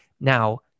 Now